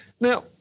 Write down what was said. Now